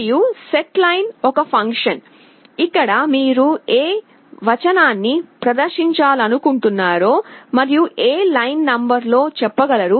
మరియు సెట్లైన్ ఒక ఫంక్షన్ ఇక్కడ మీరు ఏ వచనాన్ని ప్రదర్శించాలనుకుంటున్నారో మరియు ఏ లైన్ నంబర్లో చెప్పగలరు